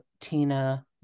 tina